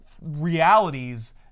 realities